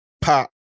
pop